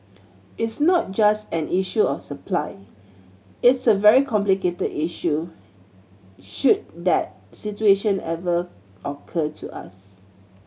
it's not just an issue of supply it's a very complicated issue should that situation ever occur to us